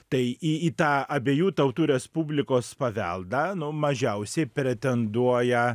tai į į tą abiejų tautų respublikos paveldą nu mažiausiai pretenduoja